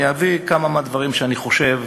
אני אביא כמה מהדברים שאני חושב